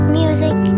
music